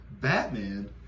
Batman